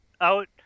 out